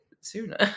sooner